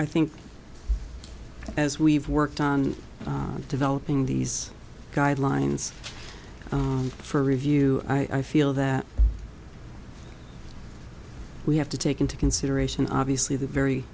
i think as we've worked on developing these guidelines for review i feel that we have to take into consideration obviously the very